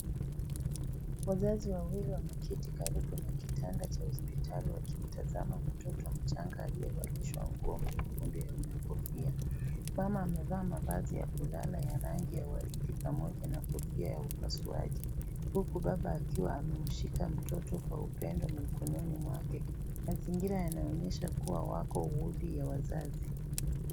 Wazazi wawili wameketi karibu na kitanda cha hospitali wakitazama mtoto mchanga aliyevaliahwa nguo nyekundu yenye kofia. Mama amevaa mavazi ya kulala ya rangi ya waridi pamoja na Kofia ya upasuaji ,huku Baba akiwa amemshika mtoto kwa upendo mkononi mwake. Mazingira yanaonyesha kuwa wako wadi ya wazazi.